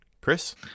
Chris